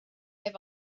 have